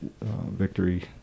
victory